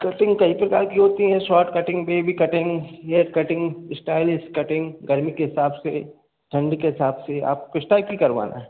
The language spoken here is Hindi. कटिंग कई प्रकार की होती हैं शॉर्ट कटिंग बेबी कटिंग ये कटिंग स्टाइलिश कटिंग गर्मी के हिसाब से ठंड के हिसाब से आपको किस टाइप की करवाना है